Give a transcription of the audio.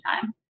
time